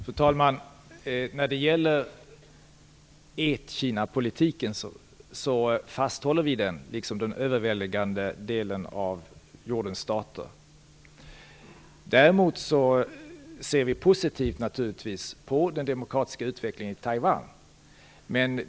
Fru talman! Vi håller, liksom den överväldigande delen av jordens stater, fast vid ett-Kina-politiken. Däremot ser vi naturligtvis positivt på den demokratiska utvecklingen i Taiwan.